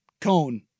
Cone